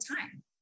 time